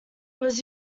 was